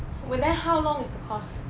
!wah! then how long is the course